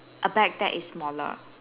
a bag that is smaller